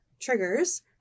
triggers